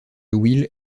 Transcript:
will